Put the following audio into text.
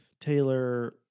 Taylor